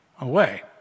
away